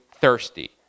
thirsty